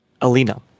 Alina